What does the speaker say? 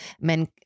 men